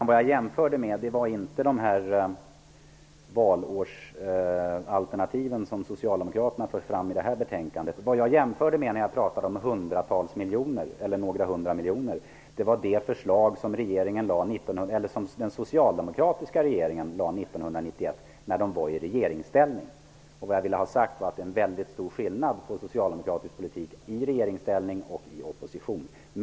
Herr talman! Jag jämförde inte med de valårsalternativ som socialdemokraterna för fram i det här betänkandet. När jag talade om några hundra miljoner jämförde jag med det förslag som socialdemokraterna lade fram 1991 när de befann sig i regeringsställning. Vad jag ville ha sagt var att det är en väldigt stor skillnad mellan socialdemokratisk politik i regeringsställning och socialdemokratisk politik i oppositionsställning.